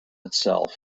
itself